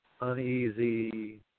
uneasy